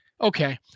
okay